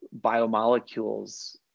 biomolecules